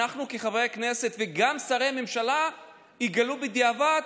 אנחנו כחברי הכנסת וגם שרי הממשלה נגלה בדיעבד,